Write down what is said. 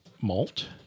malt